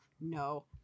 no